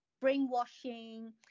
brainwashing